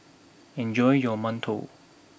enjoy your mantou